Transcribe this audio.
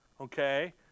okay